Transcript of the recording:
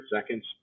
seconds